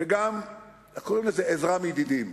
וגם עזרה מידידים.